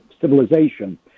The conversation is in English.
civilization